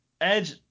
Edge